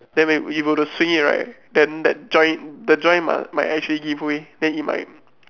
then when you've got to swing it right then the joint the joint might might actually give way then it might